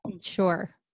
Sure